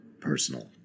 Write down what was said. personal